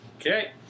Okay